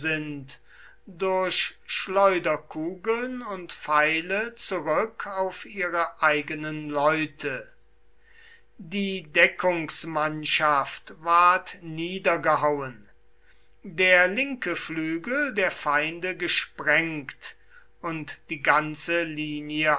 durch schleuderkugeln und pfeile zurück auf ihre eigenen leute die deckungsmannschaft ward niedergehauen der linke flügel der feinde gesprengt und die ganze linie